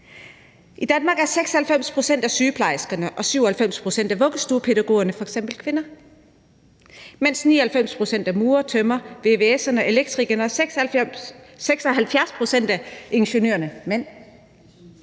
I Danmark er f.eks. 96 pct. af sygeplejerskerne og 97 pct. af vuggestuepædagogerne kvinder, mens 99 pct. af murerne, tømrerne, vvs'erne og elektrikerne og 76 pct. af ingeniørerne er mænd.